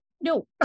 No